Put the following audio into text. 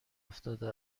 افتاده